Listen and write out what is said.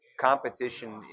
competition